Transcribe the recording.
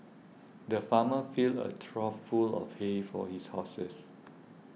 the farmer filled a trough full of hay for his horses